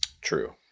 True